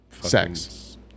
Sex